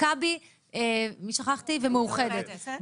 מכבי ומאוחדת.